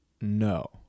no